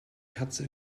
katze